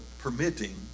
permitting